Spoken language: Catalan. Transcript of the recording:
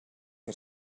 que